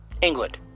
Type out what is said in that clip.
England